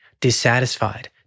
dissatisfied